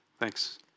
Thanks